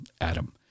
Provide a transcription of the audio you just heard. Adam